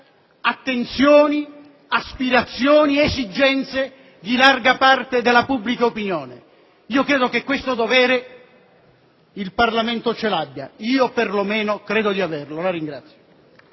attenzioni, aspirazioni, esigenze di larga parte della pubblica opinione. Credo che questo dovere il Parlamento ce l'abbia. Io, perlomeno, credo di averlo. *(Applausi